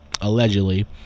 Allegedly